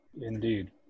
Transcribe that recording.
Indeed